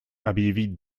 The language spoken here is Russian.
объявить